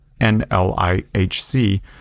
NLIHC